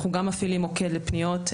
אנחנו גם מפעילים מוקד לפניות,